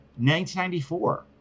1994